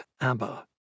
Abba